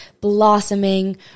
blossoming